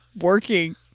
working